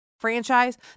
franchise